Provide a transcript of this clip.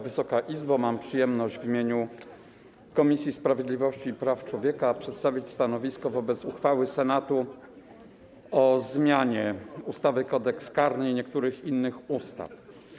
Wysoka Izbo Mam przyjemność w imieniu Komisji Sprawiedliwości i Praw Człowieka przedstawić stanowisko wobec uchwały Senatu w sprawie ustawy o zmianie ustawy - Kodeks karny oraz niektórych innych ustaw.